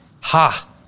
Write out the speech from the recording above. Ha